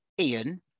Ian